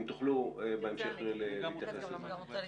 אם תוכלו בהמשך להתייחס לזה.